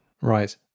Right